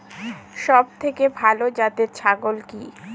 সবথেকে ভালো জাতের ছাগল কি?